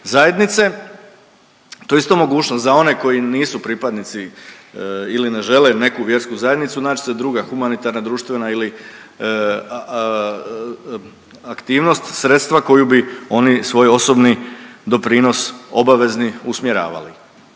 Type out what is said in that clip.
zajednice. To je isto mogućnost za one koji nisu pripadnici ili ne žele neku vjersku zajednicu, nać si neka druga humanitarna, društvena ili aktivnost, sredstva koju bi oni svoj osobni doprinos obavezni usmjeravali.